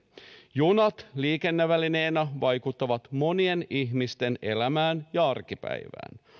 junat liikennevälineenä vaikuttavat monien ihmisten elämään ja arkipäivään